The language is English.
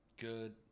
Good